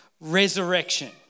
resurrection